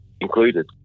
included